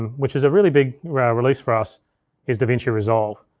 and which is a really big release for us is davinci resolve.